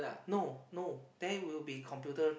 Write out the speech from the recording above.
no no there will be computer